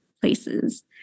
places